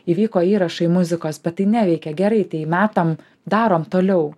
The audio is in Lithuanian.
įvyko įrašai muzikos bet tai neveikė gerai tai metam darom toliau